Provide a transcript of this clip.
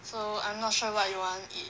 so I'm not sure what you want eat